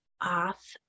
off